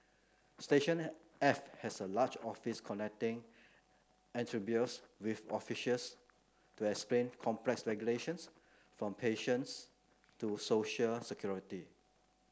Station F has a large office connecting entrepreneurs with officials to explain complex regulations from patents to social security